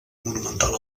monumental